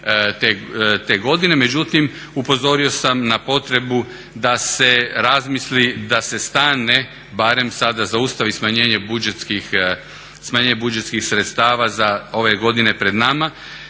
te godine. Međutim, upozorio sam na potrebu da se razmisli da se stane, barem sada zaustavi smanjenje budžetskih sredstava ove godine pred nama